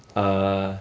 uh